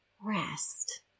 rest